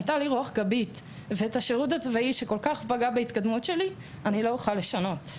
הייתה לי רוח גבית ואת השירות הצבאי שפגע בהתקדמות שלי לא אוכל לשנות.